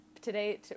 Today